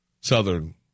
Southern